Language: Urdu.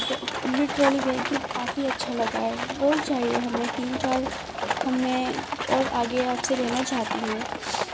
یہ ٹرالی بیگ ہی کافی اچھا لگا ہے اور چاہیے ہمیں تین چار ہمیں اور آگے آپ سے لینا چاہتی ہوں